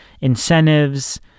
incentives